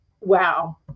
wow